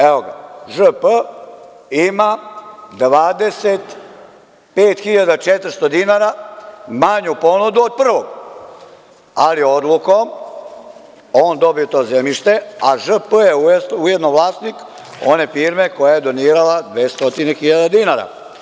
Evo, Ž.P. ima 25.400 dinara manju ponudu od prvog, ali odlukom on dobija to zemljište, a Ž.P. je ujedno vlasnik one firme koja je donirala 200.000 dinara.